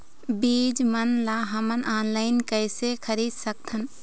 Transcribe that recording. बीज मन ला हमन ऑनलाइन कइसे खरीद सकथन?